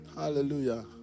hallelujah